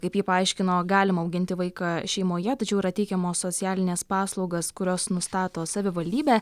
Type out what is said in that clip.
kaip ji paaiškino galima auginti vaiką šeimoje tačiau yra teikiamos socialinės paslaugas kurios nustato savivaldybė